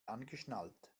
angeschnallt